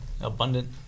Abundant